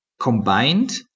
combined